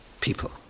people